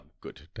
Good